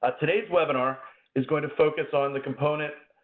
ah today's webinar is going to focus on the component